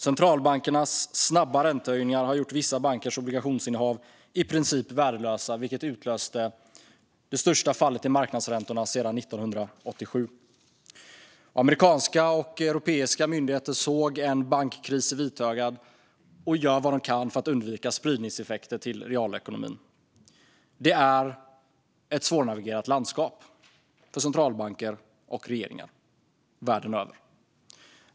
Centralbankernas snabba räntehöjningar har gjort vissa bankers obligationsinnehav i princip värdelösa, vilket utlöste det största fallet i marknadsräntorna sedan 1987. Amerikanska och europeiska myndigheter såg en bankkris i vitögat och gör vad de kan för att undvika spridningseffekter till realekonomin. Det är ett svårnavigerat landskap för centralbanker och regeringar världen över.